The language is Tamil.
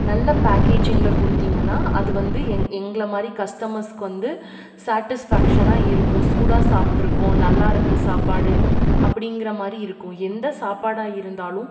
நல்ல பேக்கேஜிங்கில் கொடுத்தீங்கன்னா அது வந்து எங்களை மாதிரி கஸ்டமர்ஸ்க்கு வந்து சாட்டிஸ்ஃபேக்ஷனாக இருக்கும் சூடாக சாப்பிட்ருக்கோம் நல்லா இருக்குது சாப்பாடு அப்படிங்கிற மாதிரி இருக்கும் எந்த சாப்பாடாக இருந்தாலும்